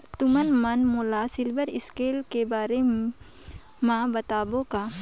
तुमन मन मोला सीबिल स्कोर के बारे म बताबो का?